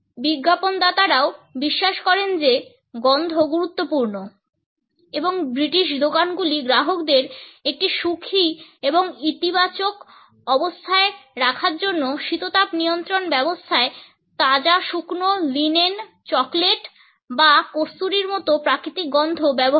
বিজ্ঞাপনদাতারাও বিশ্বাস করেন যে গন্ধ গুরুত্বপূর্ণ এবং ব্রিটিশ দোকানগুলি গ্রাহকদের একটি সুখী এবং ইতিবাচক অবস্থায় রাখার জন্য শীতাতপনিয়ন্ত্রণ ব্যবস্থায় তাজা শুকনো লিনেন চকোলেট বা কস্তুরীর মতো প্রাকৃতিক গন্ধ ব্যবহার করে